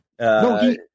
No